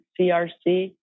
CRC